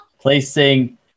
Placing